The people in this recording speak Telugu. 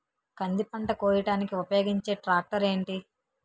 కంది పంట కోయడానికి ఉపయోగించే ట్రాక్టర్ ఏంటి?